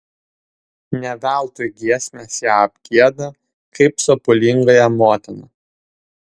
ne veltui giesmės ją apgieda kaip sopulingąją motiną